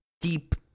deep